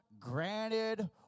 Granted